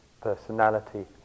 personality